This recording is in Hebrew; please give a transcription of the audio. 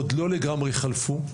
עוד לא לגמרי חלפו.